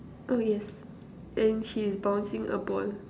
oh yes and she's bouncing a ball